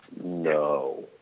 No